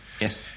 Yes